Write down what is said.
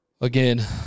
Again